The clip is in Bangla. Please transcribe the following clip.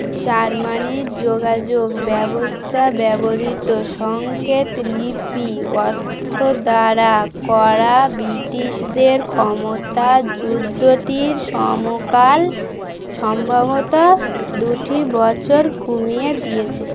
জার্মানির যোগাযোগ ব্যবস্থা ব্যবহৃত সংকেত লিপি অত্থদ্বারা করা ব্রিটিশদের ক্ষমতা যুদ্ধটির সমকাল সম্ভাবতা দুটি বছর কুমিয়ে দিয়েছে